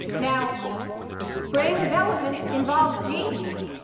now brain development involves genes.